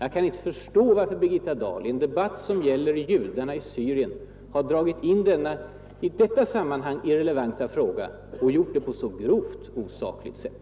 Jag kan inte förstå varför fru Dahl i en debatt som gäller judarna i Syrien har dragit in denna i detta sammanhang irrelevanta fråga — och gjort det på ett så grovt osakligt sätt.